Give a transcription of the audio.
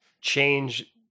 change